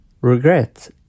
Regret